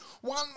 One